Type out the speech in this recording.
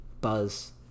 buzz